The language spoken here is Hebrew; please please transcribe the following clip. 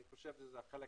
אני חשוב שזה חלק